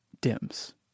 dims